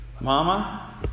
Mama